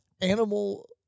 animal